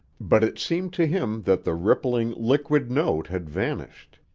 but it seemed to him that the rippling, liquid note had vanished.